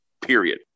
period